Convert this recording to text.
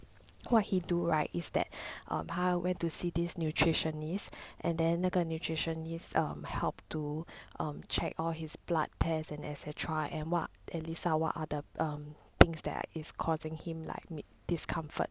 what he do right is that um 他 went to see this nutritionist and then 那个 nutritionist um help to um check all his blood test and etc and what and list out what are the um things that are causing him like discomfort